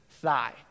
thigh